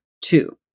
two